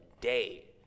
day